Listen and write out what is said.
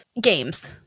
Games